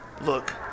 Look